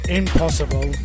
impossible